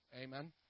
Amen